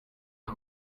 uko